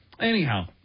anyhow